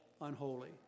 unholy